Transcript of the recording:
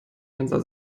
ganzer